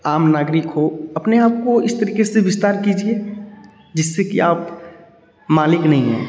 आम नागरिक हों अपने आप को इस तरीक़े से विस्तार कीजिए जिससे कि आप मालिक नहीं हैं